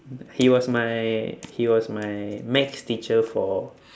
he was my he was my maths teacher for